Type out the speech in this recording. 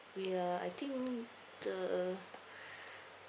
ya I think the